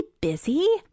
busy